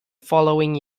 following